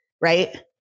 Right